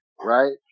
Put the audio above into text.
right